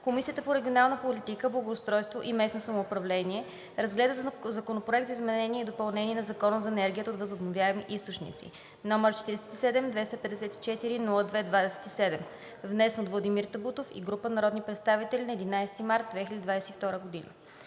Комисията по регионална политика, благоустройство и местно самоуправление разгледа Законопроект за изменение и допълнение на Закона за енергията от възобновяеми източници, № 47-254-01-27, внесен от Владимир Табутов и група народни представители на 11 март 2022 г.